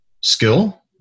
skill